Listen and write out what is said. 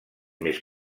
més